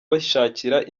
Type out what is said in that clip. bishakira